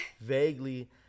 vaguely